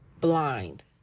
blind